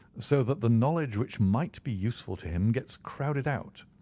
so that the knowledge which might be useful to him gets crowded out,